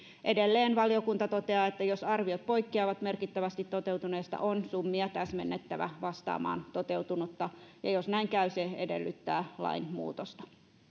edelleen valiokunta toteaa että jos arviot poikkeavat merkittävästi toteutuneista on summia täsmennettävä vastaamaan toteutunutta ja jos näin käy se edellyttää lainmuutosta